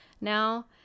now